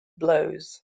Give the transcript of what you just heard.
blows